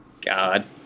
God